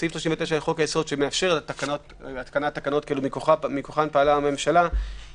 בסעיף 39 לחוק היסוד שמאפשר התקנת תקנות שמכוחן פעלה הממשלה,